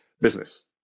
business